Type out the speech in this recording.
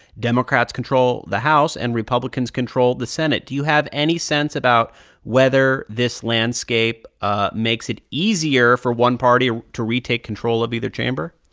democrats control the house, and republicans control the senate. do you have any sense about whether this landscape ah makes it easier for one party ah to retake control of either chamber?